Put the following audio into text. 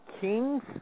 kings